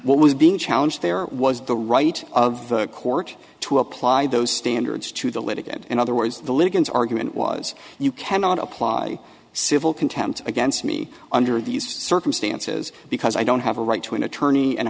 what was being challenged there was the right of a court to apply those standards to the litigant in other words the litigants argument was you cannot apply civil contempt against me under these circumstances because i don't have a right to an attorney and i